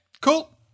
cool